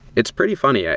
it's pretty funny. yeah